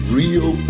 real